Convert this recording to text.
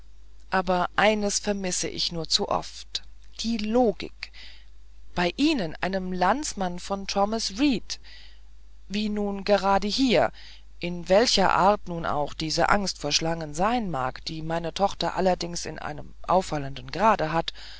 aber eines vermisse ich nur zu oft die logik bei ihnen einem landsmann von thomas reid wie nun gerade hier welcher art nun auch diese angst vor schlangen sein mag die meine tochter allerdings in einem auffallenden grade hat